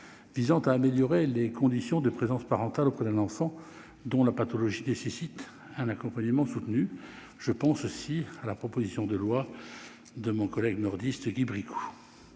visant à améliorer les conditions de présence parentale auprès d'un enfant dont la pathologie nécessite un accompagnement soutenu. Je pense également à la proposition de loi de mon collègue nordiste Guy Bricout.